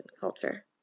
culture